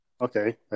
Okay